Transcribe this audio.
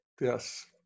Yes